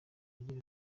agira